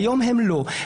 והיום הן לא.